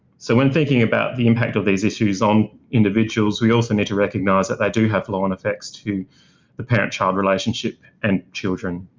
so when thinking about the impact of these issues on individuals, we also need to recognise that they do have flow-on effects to the parent-child relationship and children.